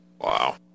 Wow